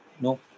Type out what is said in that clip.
no